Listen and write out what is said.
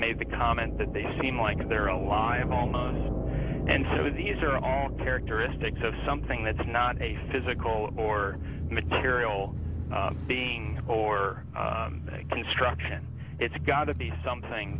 made the comment that they seem like they're alive and so these are all characteristics of something that's not a physical or material being or a construction it's gotta be something